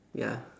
ya